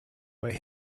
but